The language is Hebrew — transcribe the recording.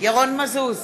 נוס דקיקה.